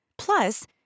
Plus